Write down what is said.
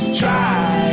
try